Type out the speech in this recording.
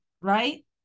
Right